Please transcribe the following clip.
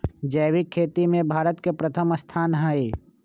जैविक खेती में भारत के प्रथम स्थान हई